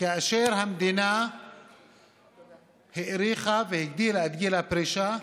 כאשר המדינה האריכה והגדילה את גיל הפרישה,